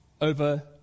over